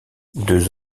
deux